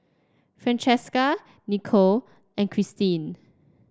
Francesca Nichole and Christine